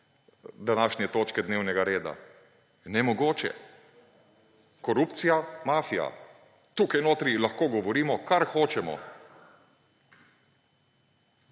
današnje točke dnevnega reda. Nemogoče. Korupcija, mafija – tukaj notri lahko govorimo, kar hočemo.